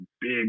big